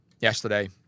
yesterday